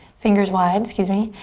fingers wide, excuse me.